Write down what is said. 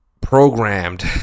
programmed